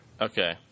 Okay